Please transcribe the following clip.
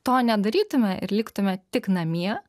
to nedarytume ir liktume tik namie